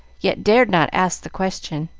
yet dared not ask the question.